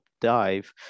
dive